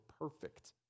perfect